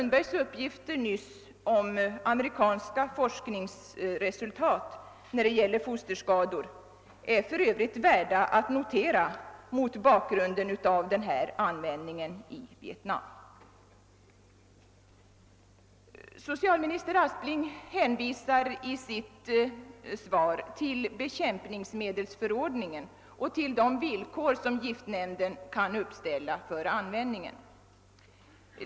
De uppgifter om «amerikanska forskningsresultat när det gäller fosterskador, som fru Sundberg nyss lämnade, är för övrigt värda att notera mot bakgrunden av denna användning av giftmedel i Vietnam. Socialminister Aspling hänvisar i sitt svar = till bekämpningsmedelsförordningen och till de villkor som giftnämnden kan uppställa för användningen.